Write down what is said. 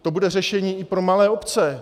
To bude řešení i pro malé obce.